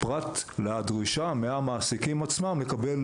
פרט לדרישה מהמעסיקים עצמם לקבל